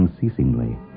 unceasingly